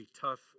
tough